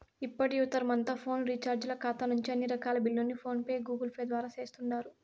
ఇప్పటి యువతరమంతా ఫోను రీచార్జీల కాతా నుంచి అన్ని రకాల బిల్లుల్ని ఫోన్ పే, గూగుల్పేల ద్వారా సేస్తుండారు